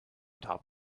top